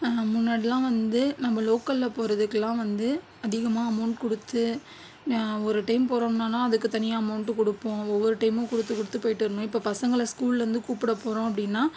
முன்னாடிலாம் வந்து நம்ப லோக்கலில் போகிறதுக்குலாம் வந்து அதிகமாக அமௌண்ட் கொடுத்து நாம் ஒரு டைம் போகிறோம்னாலும் அதுக்கு தனியாக அமௌண்ட் கொடுப்போம் ஒவ்வொரு டைமும் கொடுத்து கொடுத்து போய்கிட்டு இருந்தோம் இப்போது பசங்களை ஸ்கூலேருந்து கூப்பிட போகிறோம் அப்படின்னா